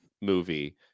movie